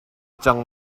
cang